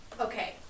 okay